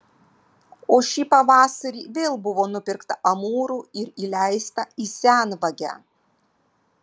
o šį pavasarį vėl buvo nupirkta amūrų ir įleista į senvagę